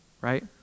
right